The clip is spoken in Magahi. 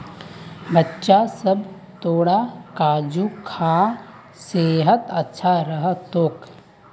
बच्चा सब, तोरा काजू खा सेहत अच्छा रह तोक